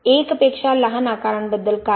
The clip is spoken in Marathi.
1 पेक्षा लहान आकारांबद्दल काय